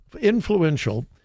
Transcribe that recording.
influential